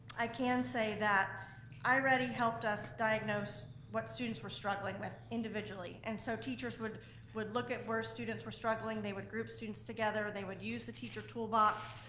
i can say that i-ready helped us diagnose what students were struggling with individually, and so teachers would would look at where students were struggling, they would group students together, they would use the teacher toolbox,